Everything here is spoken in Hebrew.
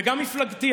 וגם מפלגתי,